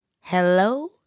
hello